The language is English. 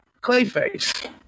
Clayface